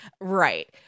Right